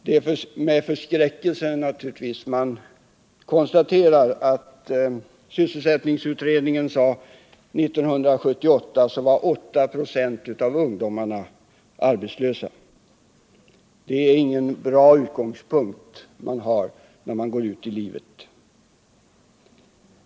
Det är naturligtvis med förskräckelse man konstaterar att sysselsättningsutredningen sade att 8 96 av ungdomarna 1978 var arbetslösa. Det är ingen bra utgångspunkt när man skall gå ut i livet.